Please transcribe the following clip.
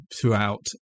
throughout